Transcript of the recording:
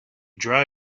dry